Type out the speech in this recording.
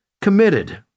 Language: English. committed